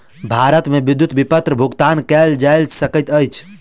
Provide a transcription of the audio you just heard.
भारत मे विद्युत विपत्र भुगतान कयल जा सकैत अछि